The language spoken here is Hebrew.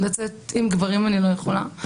לצאת עם גברים אני לא יכולה,